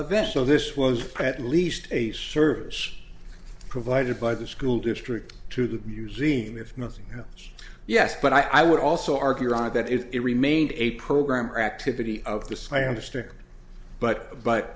event so this was at least a service provided by the school district to the museum if nothing else yes but i would also argue that if it remained a program or activity of the slam district but but